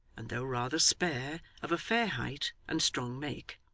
and though rather spare, of a fair height and strong make.